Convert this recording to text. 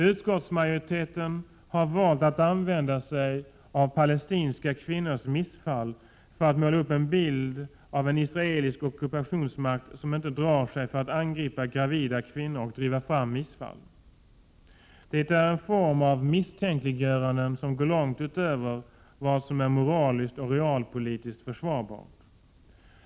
Utskottsmajoriteten har valt att använda sig av palestinska kvinnors missfall för att måla upp en bild av en israelisk ockupationsmakt som inte drar sig för att angripa gravida kvinnor och driva fram missfall. Det är en form av misstänkliggörande som går långt utöver vad som är moraliskt och realpolitiskt försvarbart.